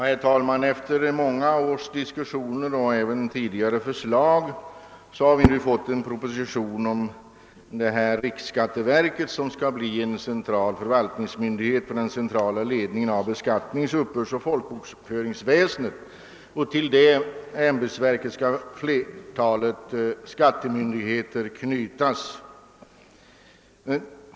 Herr talman! Efter många års diskussioner och även tidigare förslag har vi nu fått en proposition om ett riksskatteverk, som skall bli förvaltningsmyndighet för den centrala ledningen av beskattnings-, uppbördsoch folkbokföringsväsendet. Till detta ämbetsverk skall flertalet skattemyndigheter knytas.